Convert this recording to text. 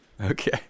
okay